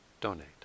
donate